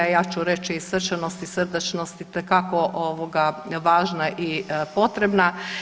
Ja ću reći i srčanost i srdačnost itekako ovoga važna i potrebna.